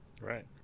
Right